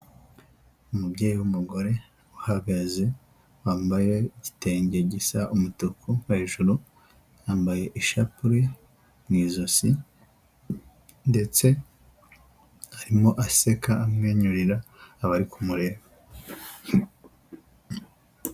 Umubyeyi w'umugore uhagaze, wambaye igitenge gisa umutuku hejuru, yambaye ishapure mu ijosi ndetse arimo aseka amwenyurira abari kumureba.